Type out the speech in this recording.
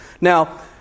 Now